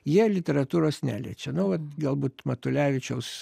jie literatūros neliečia nu vat galbūt matulevičiaus